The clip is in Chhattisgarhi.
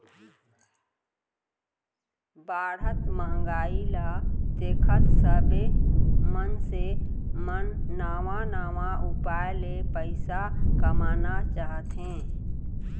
बाढ़त महंगाई ल देखत सबे मनसे मन नवा नवा उपाय ले पइसा कमाना चाहथे